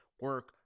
Work